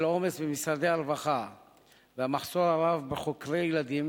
בשל עומס במשרדי הרווחה והמחסור הרב בחוקרי ילדים,